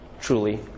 truly